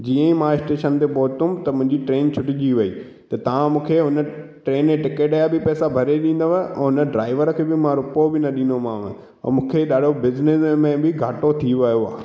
जीअं ई मां स्टेशन ते पहुतमि त मुंहिंजी ट्रेन छुटिजी वई त तव्हां मूंखे उन ट्रेन जी टिकट जा बि पैसा भरे ॾींदव ऐं हुन ड्राइवर खे बि मां रुपयो बि न ॾींदोमांव ऐं मूंखे ॾाढो बिज़नस में बि घाटो थी वियो आहे